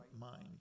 mind